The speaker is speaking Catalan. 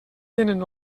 tenen